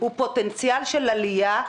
הוא פוטנציאל של עלייה,